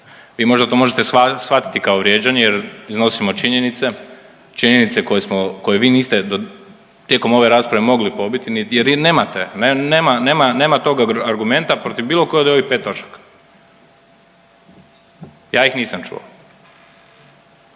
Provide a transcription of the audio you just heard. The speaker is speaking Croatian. Vi možda to možete shvatiti kao vrijeđanje jer iznosimo činjenice. Činjenice koje smo, koje vi niste tijekom ove rasprave mogli pobiti jer nemate, nema, nema, nema tog argumenta protiv bilo koje od ovih 5 točaka. Ja ih nisam čuo.